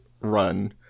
run